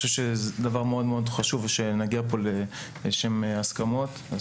חשיבות בכך שנגיע להסכמות בנושא הזה,